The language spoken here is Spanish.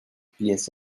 pies